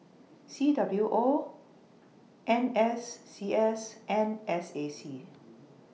C W O N S C S and S A C